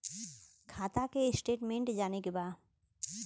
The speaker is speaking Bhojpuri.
खाता के स्टेटमेंट जाने के बा?